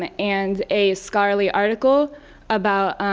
and a scholarly article about